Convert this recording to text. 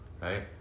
Right